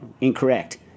Incorrect